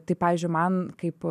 tai pavyzdžiui man kaip